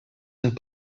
and